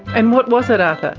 and what was it, arthur?